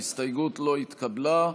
ההסתייגות לא התקבלה.